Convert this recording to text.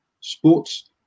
Sports